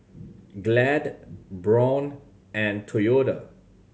Glad Braun and Toyota